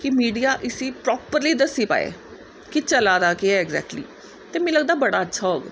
कि मिडिया इसी प्रोपरली इसी दस्सी पाए कि चला दा केह् ऐ इग्जैक्टली ते मिगी लगदा बड़ा अच्छा होग